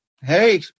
hey